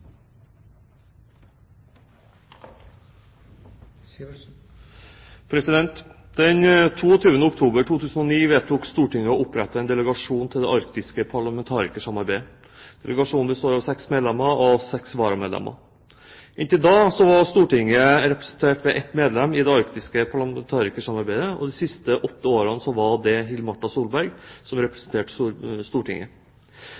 Den 22. oktober 2009 vedtok Stortinget å opprette en delegasjon til det arktiske parlamentarikersamarbeidet. Delegasjonen består av seks medlemmer og seks varamedlemmer. Inntil da var Stortinget representert med ett medlem i det arktiske parlamentarikersamarbeidet, og de siste åtte årene var det Hill-Marta Solberg som